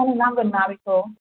आंनो नांगोन ना बेखौ